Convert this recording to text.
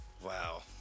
Wow